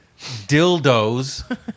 dildos